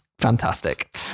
Fantastic